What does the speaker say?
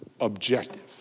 objective